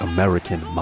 American